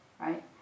right